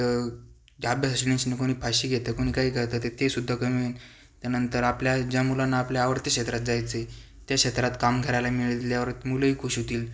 तर त्या अभ्यासाच्या टेन्शननी कोणी फाशी घेतं कोण काही करतं तर तेसुद्धा कमी होईन त्यानंतर आपल्या ज्या मुलांना आपल्या आवडते क्षेत्रात जायचं आहे त्या क्षेत्रात काम करायला मिळल्यावर मुलंही खूश होतील